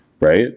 right